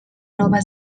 nova